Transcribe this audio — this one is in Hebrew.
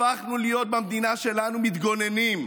הפכנו להיות במדינה שלנו מתגוננים.